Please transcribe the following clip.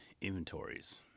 inventories